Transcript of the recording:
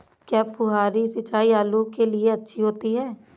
क्या फुहारी सिंचाई आलू के लिए अच्छी होती है?